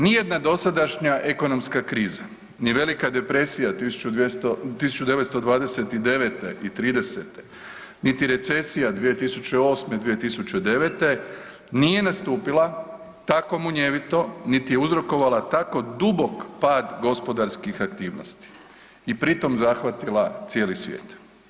Nijedna dosadašnja ekonomska kriza, ni velika depresija 1929. i '30., niti recesija 2008., 2009. nije nastupila tako munjevito niti uzrokovala tako dubok pad gospodarskih aktivnosti i pri tom zahvatila cijeli svijet.